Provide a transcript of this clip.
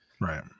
right